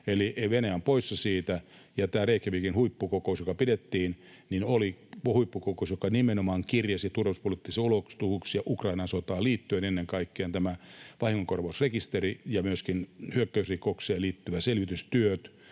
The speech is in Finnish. eli Venäjä on poissa siitä. Reykjavíkin huippukokous, joka pidettiin, oli huippukokous, joka nimenomaan kirjasi turvallisuuspoliittisia ulottuvuuksia Ukrainan sotaan liittyen, ennen kaikkea vahingonkorvausrekisteri ja myöskin hyökkäysrikokseen liittyvä selvitystyö,